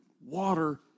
water